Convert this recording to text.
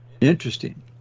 Interesting